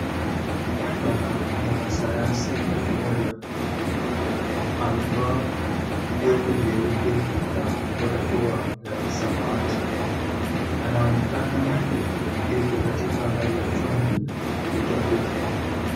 Pana mwanasayanzi mmoja amevaa joho jeupe na barakoa ya samawati. Anaonekana yuko katika hali ya kufanya utafiti.